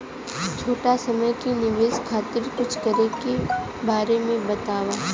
छोटी समय के निवेश खातिर कुछ करे के बारे मे बताव?